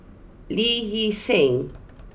Lee Hee Seng